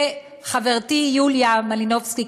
וחברתי יוליה מלינובסקי,